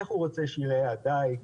איך הוא רוצה שייראה הדיג,